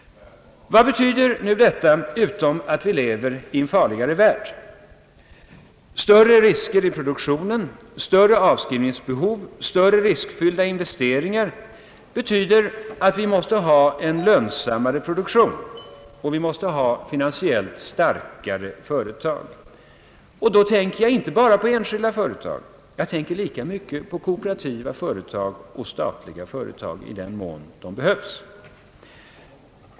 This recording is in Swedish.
Vad betyder nu detta, utom att vi lever i en farligare värld? Större risker i produktionen, större avskrivningsbehov och större riskfyllda investeringar betyder att vi måste ha en lönsammare produktion och finansiellt starkare företag. Då tänker jag inte bara på enskilda företag utan lika mycket på kooperativa eller statliga, i den mån sådana behövs.